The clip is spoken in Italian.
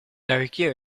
arricchire